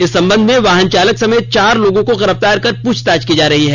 इस संबंध में याहन चालक समेत चार लोगों को गिरफ्तार कर पूछताछ की जा रही है